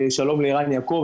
שלום לערן יעקב.